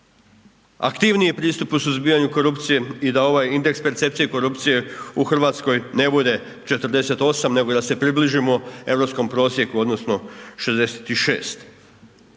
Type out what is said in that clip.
aktivniji pristup u suzbijanju korupcije i da ovaj indeks percepcije korupcije u Hrvatskoj ne bude 48 nego da se približimo europskom prosjeku odnosno 66.